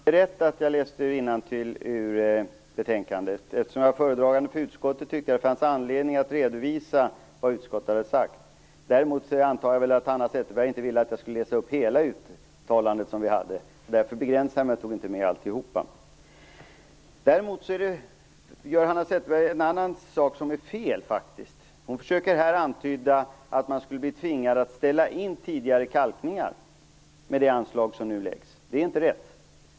Herr talman! Det är riktigt att jag läste innantill ur betänkandet. Eftersom jag är utskottets föredragande tyckte jag att det fanns anledning att redovisa vad utskottet hade uttalat. Däremot antar jag att Hanna Zetterberg inte vill att jag skulle ha läst upp hela vårt uttalande. Därför begränsade jag mig och tog inte med alltihop. Hanna Zetterberg gjorde något som faktiskt är fel. Hon försökte antyda att man skulle bli tvingad att ställa in tidigare pågående kalkningar med det anslag som nu föreslås. Det är inte riktigt.